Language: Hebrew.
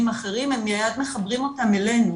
אחרים - הם מיד מחברים אותם אלינו,